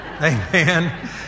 Amen